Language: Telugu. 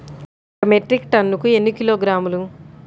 ఒక మెట్రిక్ టన్నుకు ఎన్ని కిలోగ్రాములు?